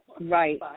Right